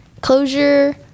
closure